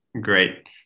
Great